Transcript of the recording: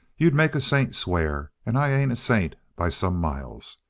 you'd make a saint swear, and i ain't a saint by some miles.